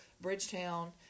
Bridgetown